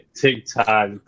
TikTok